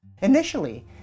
Initially